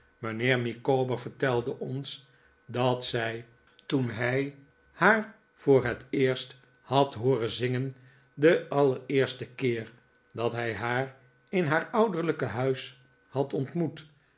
mijnheer micawber vertelde ons dat zij toen hij haar voor het eerst had hooren zingen den allereersten keer dat hij haar in haar ouderlijke huis had ontmoet